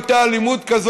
באלימות כנגד מורים,